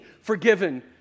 forgiven